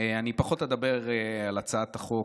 אני פחות אדבר על הצעת החוק,